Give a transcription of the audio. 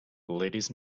ladies